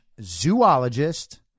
zoologist